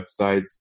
websites